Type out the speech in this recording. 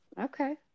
okay